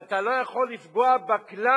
שאתה לא יכול לפגוע בכלל